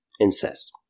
Incest